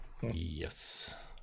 Yes